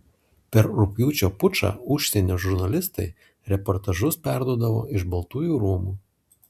per rugpjūčio pučą užsienio žurnalistai reportažus perduodavo iš baltųjų rūmų